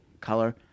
color